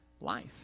life